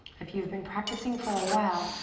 if you've been practicing for a while,